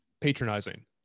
patronizing